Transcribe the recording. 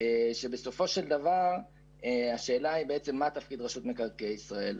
כאשר בסופו של דבר השאלה היא מה התפקיד של רשות מקרקעי ישראל.